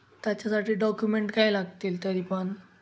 त्याच्यासाठी डॉक्युमेंट काय लागतील तरी पण